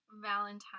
Valentine